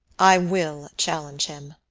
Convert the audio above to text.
i will challenge him.